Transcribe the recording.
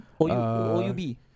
OUB